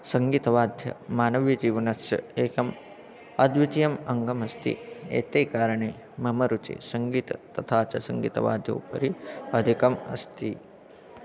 सङ्गीतवाद्यं मानवीयजीवनस्य एकम् अद्वितीयम् अङ्गमस्ति एते कारणे मम रुचिः सङ्गीतं तथा च सङ्गीतवाद्योपरि अधिकम् अस्ति